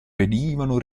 venivano